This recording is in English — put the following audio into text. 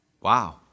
Wow